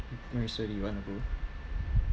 you want to go